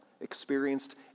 experienced